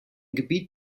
gebiet